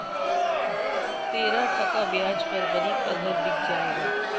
तेरह टका ब्याज पर गरीब का घर बिक जाएगा